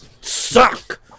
suck